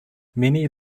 many